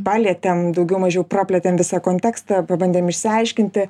palietėm daugiau mažiau praplėtėm visą kontekstą pabandėm išsiaiškinti